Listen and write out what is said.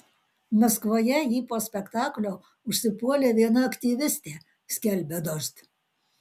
maskvoje jį po spektaklio užsipuolė viena aktyvistė skelbia dožd